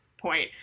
point